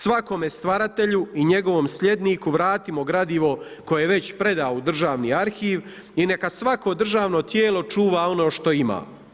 Svakome stvaratelju i njegovom slijedniku vratimo gradivo koje je već predao u državni arhiv i neka svako državno tijelo čuva ono što ima.